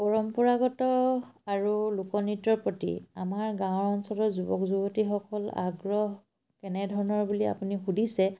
পৰম্পৰাগত আৰু লোকনৃত্যৰ প্ৰতি আমাৰ গাঁৱৰ অঞ্চলৰ যুৱক যুৱতীসকল আগ্ৰহ কেনেধৰণৰ বুলি আপুনি সুধিছে